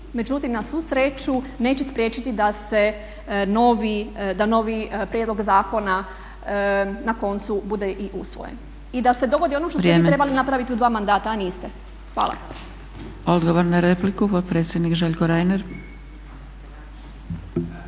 međutim na svu sreću neće spriječiti da novi prijedlog zakona na koncu bude i usvojen i da se dogodi ono što ste vi trebali napraviti u dva mandata, a niste. Hvala. **Zgrebec, Dragica (SDP)** Odgovor na repliku potpredsjednik Željko Reiner.